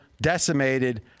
decimated